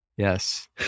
Yes